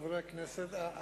חברי הכנסת,